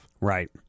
Right